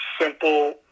simple